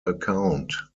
account